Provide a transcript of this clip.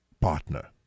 partner